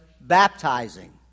baptizing